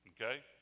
Okay